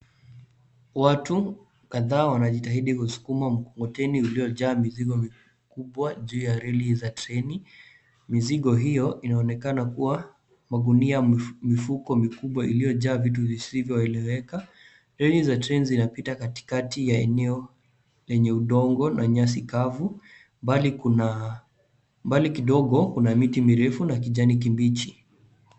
Watu kadhaa wanajitahidi kusukuma mkokoteni uliojaa mizigo mikubwa juu ya reli za treni. Mizigo hiyo inaonekana kuwa magunia mifuko mikubwa iliojaa vitu visivyoeleweka. Reli za treni zinapita katikati ya eneo lenye udongo na nyasi kavu. Mbali kidogo kuna miti mirefu na kijani kibichi.